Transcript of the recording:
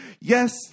yes